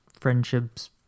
friendships